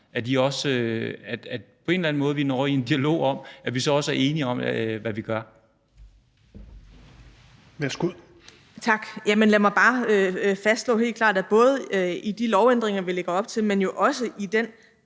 dem med i en dialog, og så vi også er enige om, hvad vi gør?